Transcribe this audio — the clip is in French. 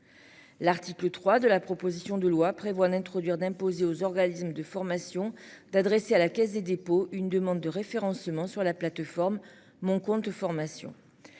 L'article 3 de la proposition de loi prévoit d'introduire d'imposer aux organismes de formation d'adresser à la Caisse des dépôts, une demande de référencement sur la plateforme mon compte formation.